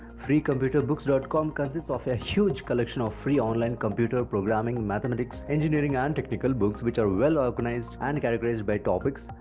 freecomputerbooks dot com consists of a huge collection of free online computer, programming, mathematics, engineering, and technical books, which are well ah and categorized by topics,